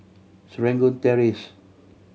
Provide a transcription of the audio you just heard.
Serangoon Terrace